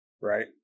right